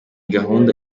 gahunda